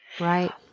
Right